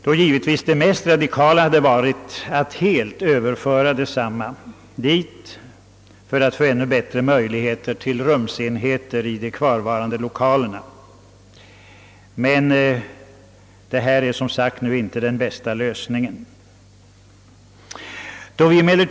Det mest radikala hade givetvis varit att helt överföra riksdagsbiblioteket dit för att få ännu bättre möjligheter till rumsenheter i de kvarvarande lokalerna. Men såsom jag redan framhållit är inte den föreslagna lösningen den bästa möjliga.